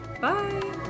Bye